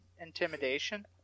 intimidation